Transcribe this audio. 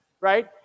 right